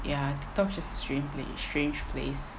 ya tiktok's just a stran~ pl~ strange place